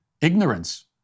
ignorance